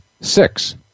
six